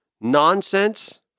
nonsense